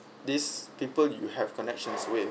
these people you have connections with